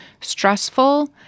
stressful